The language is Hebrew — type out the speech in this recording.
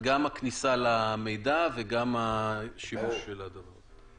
הכניסה למידע וגם השימוש של הדבר הזה.